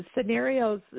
scenarios